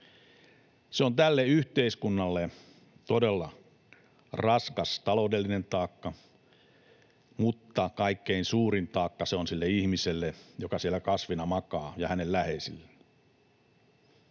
Se on tälle yhteiskunnalle todella raskas taloudellinen taakka, mutta kaikkein suurin taakka se on sille ihmiselle, joka siellä kasvina makaa, ja hänen läheisilleen.